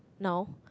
now